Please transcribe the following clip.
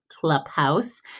Clubhouse